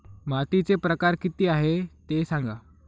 मातीचे प्रकार किती आहे ते सांगा